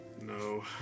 No